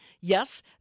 Yes